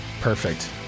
perfect